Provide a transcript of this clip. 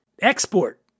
export